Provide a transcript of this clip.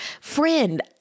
friend